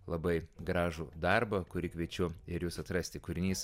labai gražų darbą kurį kviečiu ir jus atrasti kūrinys